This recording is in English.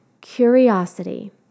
curiosity